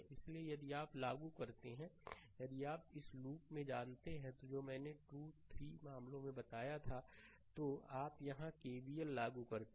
इसलिए यदि आप लागू करते हैं यदि आप इस लूप में जानते हैं जो मैंने पहले 2 3 मामलों में बताया था तो आप यहां केवीएल लागू करते हैं